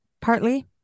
partly